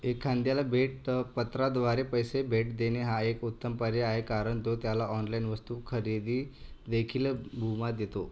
एखाद्याला भेटअपत्राद्वारे पैसे भेट देणे हा एक उत्तम पर्याय आहे कारण तो त्याला ऑनलाइन वस्तू खरेदी देखील मुभा देतो